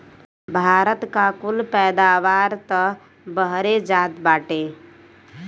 भारत का कुल पैदावार तअ बहरे जात बाटे